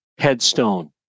headstone